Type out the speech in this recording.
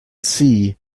see